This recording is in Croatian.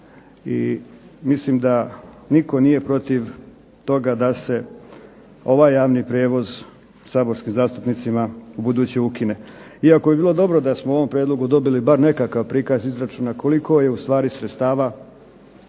i mislim da nitko nije protiv toga da se ovaj javni prijevoz saborskim zastupnicima ubuduće ukine. Iako bi bilo dobro da smo u ovom prijedlogu dobili bar nekakav prikaz izračuna koliko je ustvari sredstava